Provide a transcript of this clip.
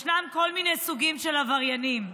יש כל מיני סוגים של עבריינים.